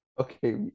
Okay